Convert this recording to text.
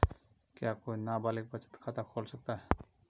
क्या कोई नाबालिग बचत खाता खोल सकता है?